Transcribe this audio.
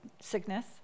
sickness